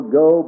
go